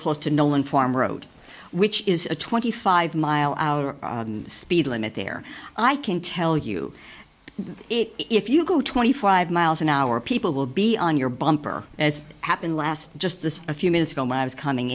close to nolan farm road which is a twenty five mile our speed limit there i can tell you if you go twenty five miles an hour people will be on your bumper as happened last just this a few minutes ago when i was coming